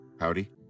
Howdy